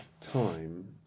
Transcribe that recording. time